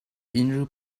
unrhyw